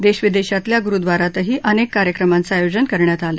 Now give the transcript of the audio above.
देशविदेशातल्या गुरुद्वारातही अनेक कार्यक्रमांचं आयोजन करण्यात आलं